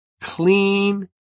clean